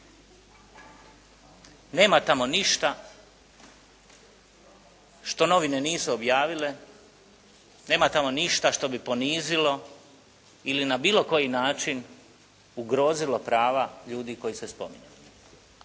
Nema tamo ništa što novine nisu objavile. Nema tamo ništa što bi ponizilo ili na bilo koji način ugrozilo prava ljudi koji se spominju.